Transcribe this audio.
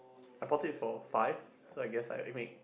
I bought it for five so I guess I admit